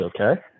okay